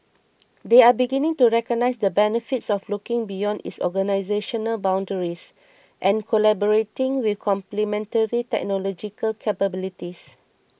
they are beginning to recognise the benefits of looking beyond its organisational boundaries and collaborating with complementary technological capabilities